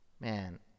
man